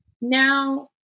Now